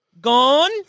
Gone